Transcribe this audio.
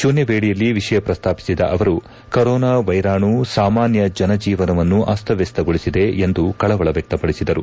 ಶೂನ್ಯ ವೇಳೆಯಲ್ಲಿ ವಿಷಯ ಪ್ರಸ್ತಾಪಿಸಿದ ಅವರು ಕರೋನಾ ವೈರಾಣು ಸಾಮಾನ್ಯ ಜನಜೀವನವನ್ನು ಅಸ್ತವ್ವಸ್ತಗೊಳಿಸಿದೆ ಎಂದು ಕಳವಳ ವ್ಯಕ್ತಪಡಿಸಿದರು